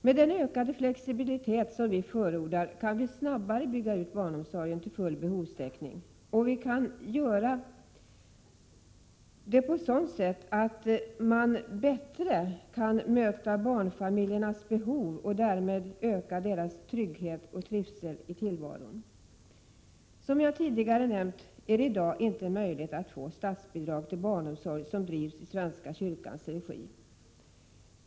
Med den ökade flexibilitet som vi förordar, kan man snabbare bygga ut barnomsorgen till full behovstäckning på så sätt att det blir möjligt att bättre än nu möta barnfamiljernas behov. Då ökar också deras trygghet och trivsel i tillvaron. I dag finns det inga möjligheter att få statsbidrag för barnomsorg som drivs i svenska kyrkans regi.